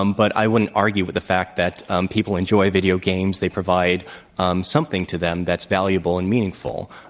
um but i wouldn't argue with the fact that people enjoy video games. they provide um something to them that's valuable and meaningful.